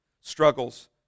struggles